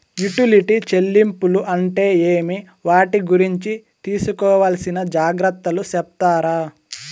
Utility చెల్లింపులు అంటే ఏమి? వాటి గురించి తీసుకోవాల్సిన జాగ్రత్తలు సెప్తారా?